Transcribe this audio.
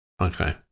Okay